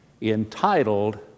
entitled